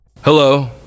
Hello